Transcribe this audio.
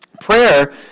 Prayer